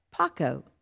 Paco